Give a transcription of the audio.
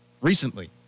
recently